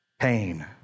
pain